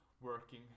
Working